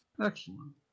Excellent